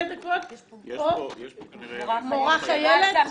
מורה חיילת?